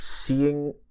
seeing